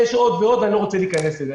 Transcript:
ויש עוד, אני לא רוצה להיכנס לזה.